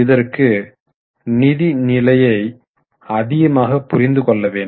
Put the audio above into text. இதற்கு நிதி நிலையை அதிகம் புரிந்து கொள்ள வேண்டும்